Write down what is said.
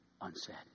unsaid